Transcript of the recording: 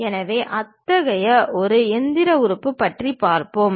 எனவே அத்தகைய ஒரு இயந்திர உறுப்பு பற்றி பார்ப்போம்